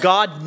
God